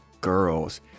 girls